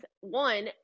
one